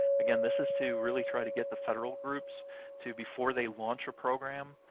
again, this is to really try to get the federal groups to, before they launch a program,